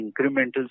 incremental